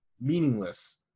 meaningless